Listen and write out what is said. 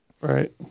right